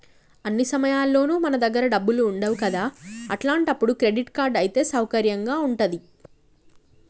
అన్ని సమయాల్లోనూ మన దగ్గర డబ్బులు ఉండవు కదా అట్లాంటప్పుడు క్రెడిట్ కార్డ్ అయితే సౌకర్యంగా ఉంటది